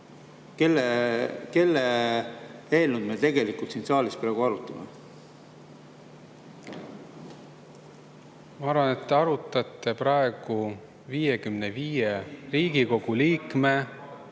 Kelle eelnõu me tegelikult siin saalis praegu arutame? Ma arvan, et te arutate praegu 55 Riigikogu liikme